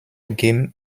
game